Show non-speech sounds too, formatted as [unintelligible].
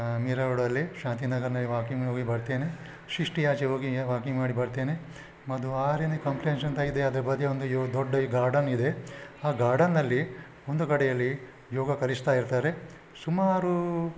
ಮೀರಾ ರೋಡಲ್ಲಿ ಶಾಂತಿನಗರದಲ್ಲಿ ವಾಕಿಂಗ್ ಹೋಗಿ ಬರ್ತೇನೆ ಶಿಷ್ಟಿ ಆಚೆಗೋಗಿ ವಾಕಿಂಗ್ ಮಾಡಿ ಬರ್ತೇನೆ [unintelligible] ಅಂತ ಇದೆ ಅದ್ರ ಬದಿ ಒಂದು ಯೋ ದೊಡ್ಡ ಗಾರ್ಡನ್ ಇದೆ ಆ ಗಾರ್ಡನ್ನಲ್ಲಿ ಒಂದು ಕಡೆಯಲ್ಲಿ ಯೋಗ ಕಲಿಸ್ತಾಯಿರ್ತಾರೆ ಸುಮಾರು